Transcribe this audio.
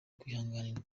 kwihanganirwa